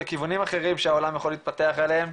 לכיוונים אחרים שהעולם יכול להתפתח אליהם.